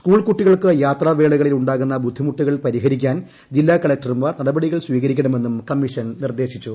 school കുട്ടികൾക്ക് യാത്രാവേളകളിൽ ഉണ്ടാകുന്ന ബുദ്ധിമുട്ടുകൾ പരിഹരിക്കാൻ ജില്ല കളക്ടർമാർ നടപടികൾ സ്വീകരിക്കണമെന്നും കമ്മീഷൻ നിർദേശിച്ചു